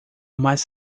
mais